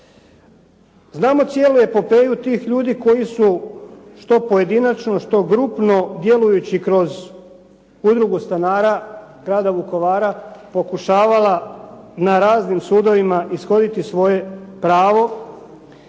Znamo cijelu epopeju tih ljudi koji su što pojedinačno, što grupno, djelujući kroz udrugu stanara Grada Vukovara pokušavala na raznim sudovima ishoditi svoje pravo,